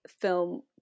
film